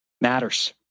Matters